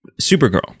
Supergirl